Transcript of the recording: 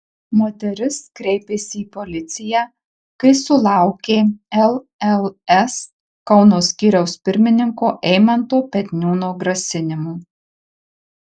moteris kreipėsi į policiją kai sulaukė lls kauno skyriaus pirmininko eimanto petniūno grasinimų